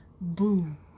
boom